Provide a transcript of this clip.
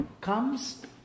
comes